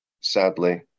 sadly